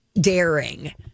daring